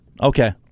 okay